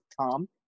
Tom